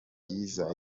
byiza